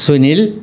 Sunil